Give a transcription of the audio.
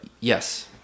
yes